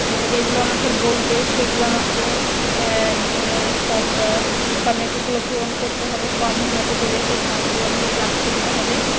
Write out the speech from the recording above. এবং যেগুলো আমাকে বলবে সেগুলো আমাকে নিয়ে সব ফর্মালিটিসগুলো পূরণ করতে হবে ফর্ম হয়তো দেবে সেই ফর্মগুলো আমাকে ফিল আপ করতে হবে